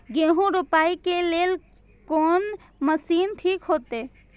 गेहूं रोपाई के लेल कोन मशीन ठीक होते?